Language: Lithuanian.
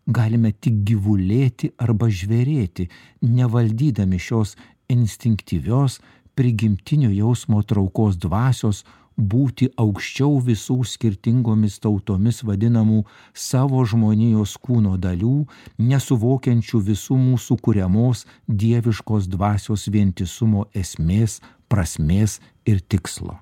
galime tik gyvulėti arba žvėrėti nevaldydami šios instinktyvios prigimtinio jausmo traukos dvasios būti aukščiau visų skirtingomis tautomis vadinamų savo žmonijos kūno dalių nesuvokiančių visų mūsų kuriamos dieviškos dvasios vientisumo esmės prasmės ir tikslo